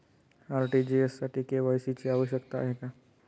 RTGS साठी KYC ची आवश्यकता आहे का?